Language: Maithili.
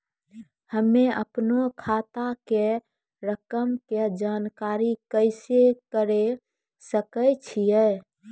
हम्मे अपनो खाता के रकम के जानकारी कैसे करे सकय छियै?